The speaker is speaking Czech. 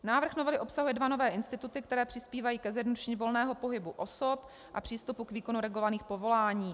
Návrh novely obsahuje dva nové instituty, které přispívají ke zjednodušení volného pohybu osob a přístupu k výkonu regulovaných povolání.